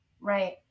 Right